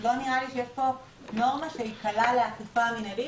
לא נראה לי שיש נורמה שהיא קלה לאכיפה מנהלית,